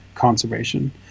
conservation